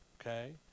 Okay